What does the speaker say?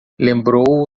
lembrou